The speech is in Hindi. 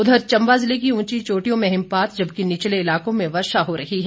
उधर चंबा जिले की ऊंची चोटियों में हिमपात जबकि निचले इलाकों में वर्षा हो रही है